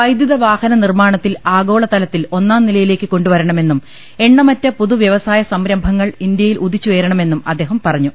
വൈദ്യുത വാഹനനിർമ്മാണത്തിൽ ആഗോളതലത്തിൽ ഒന്നാംനി രയിലേക്ക് കൊണ്ടുവരണമെന്നും എണ്ണമറ്റ പുതുവ്യവസായസംര ംഭങ്ങൾ ഇന്ത്യയിൽ ഉദിച്ചുയരണമെന്നും അദ്ദേഹം പറഞ്ഞു